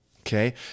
Okay